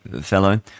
fellow